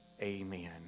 amen